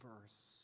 verse